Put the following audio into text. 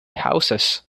houses